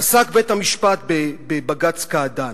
פסק בית-המשפט בבג"ץ קעדאן: